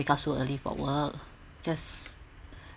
up early for work just